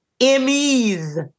Emmy's